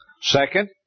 Second